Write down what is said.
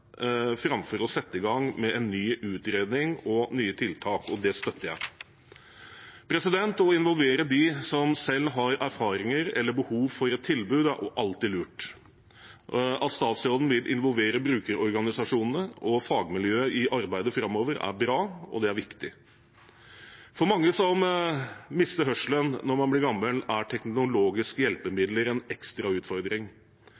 framfor å sette i gang med en ny utredning og nye tiltak, og det støtter jeg. Å involvere dem som selv har erfaringer eller behov for et tilbud, er alltid lurt. At statsråden vil involvere brukerorganisasjonene og fagmiljøet i arbeidet framover, er bra, og det er viktig. For mange som mister hørselen når man blir gammel, er teknologiske